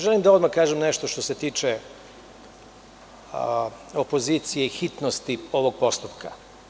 Želim odmah da kažem nešto što se tiče opozicije i hitnosti ovog postupka.